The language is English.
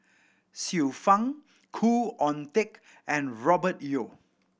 Xiu Fang Khoo Oon Teik and Robert Yeo